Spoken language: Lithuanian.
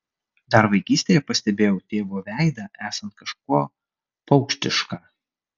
dar vaikystėje pastebėjau tėvo veidą esant kažkuo paukštišką